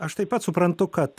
aš taip pat suprantu kad